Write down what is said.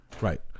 Right